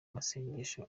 masengesho